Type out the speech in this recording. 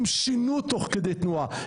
הם שינו תוך כדי תנועה,